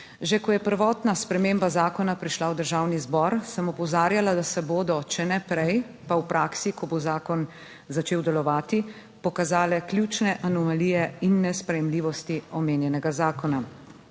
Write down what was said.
Že ko je prvotna sprememba zakona prišla v Državni zbor, sem opozarjala, da se bodo, če ne prej pa v praksi, ko bo zakon začel delovati, pokazale ključne anomalije in nesprejemljivosti omenjenega zakona,